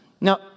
Now